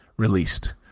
released